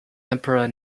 emperor